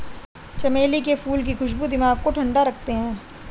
चमेली के फूल की खुशबू दिमाग को ठंडा रखते हैं